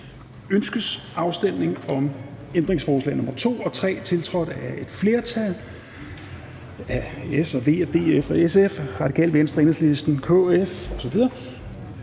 Ønskes afstemning om ændringsforslag nr. 2 og 3, tiltrådt af et flertal (S, V, DF, SF, RV, EL, KF,